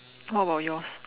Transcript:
what about yours